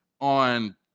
on